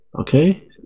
Okay